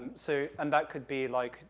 and so and that could be, like,